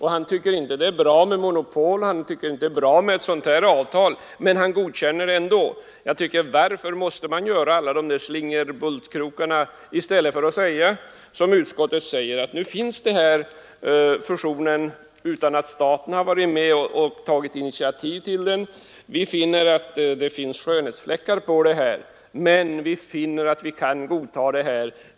Han tycker inte att det är bra med monopol och med ett sådant här avtal, men han godkänner det ändå. Varför måste man göra alla dessa slingerbultar i stället för att som utskottet säga: Nu har denna fusion genomförts utan att staten tagit initiativ till den. Vi finner skönhetsfläckar i sammanhanget men menar att vi kan godta fusionen.